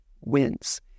wins